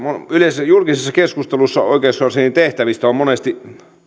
yleensä julkisessa keskustelussa oikeuskanslerin tehtävistä on on monesti